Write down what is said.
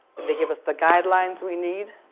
they give us the guidelines we need,